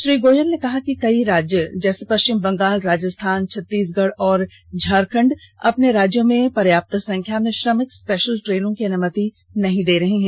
श्री गोयल ने कहा है कि कई राज्य जैसे पष्चिम बंगाल राजस्थान छत्तीसगढ और झारखंड अपने राज्यों में पर्याप्त सख्या में श्रमिक स्पेषल ट्रेनों की अनुमति नहीं दी जा रही है